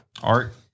art